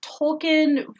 Tolkien